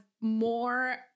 more